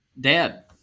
Dad